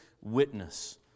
witness